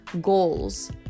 goals